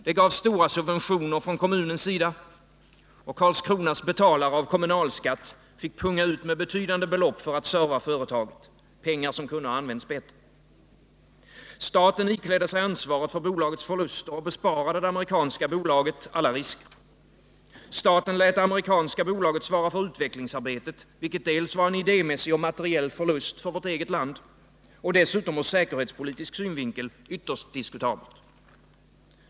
Det gavs stora subventioner från kommunens sida — Karlskronas betalare av kommunalskatt fick punga ut med betydande belopp för att serva företaget, pengar som kunde ha använts bättre. Staten iklädde sig ansvaret för bolagets förluster och besparade det amerikanska bolaget alla risker. Staten lät det amerikanska bolaget svara för utvecklingsarbetet, vilket dels var en idémässig och materiell förlust för vårt eget land, dels var ur säkerhetspolitisk synvinkel ytterst diskutabelt.